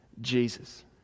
Jesus